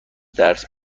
درس